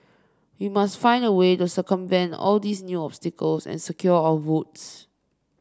we must find a way to circumvent all these new obstacles and secure our votes